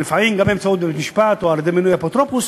גם לפעמים באמצעות בית-משפט או על-ידי מינוי אפוטרופוס,